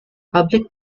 public